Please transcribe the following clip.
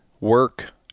work